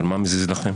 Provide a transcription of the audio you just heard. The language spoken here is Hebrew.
אבל מה זה מזיז לכם?